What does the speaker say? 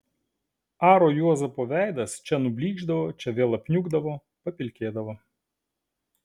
aro juozapo veidas čia nublykšdavo čia vėl apniukdavo papilkėdavo